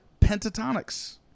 pentatonics